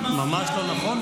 ממש לא נכון,